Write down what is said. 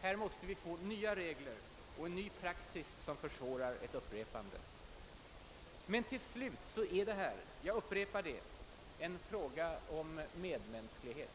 Här måste vi få nya regler och en ny praxis som försvårar ett upprepande. Men till slut är detta, jag upprepar det, en fråga om medmänsklighet.